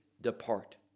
depart